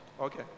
Okay